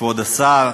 כבוד השר,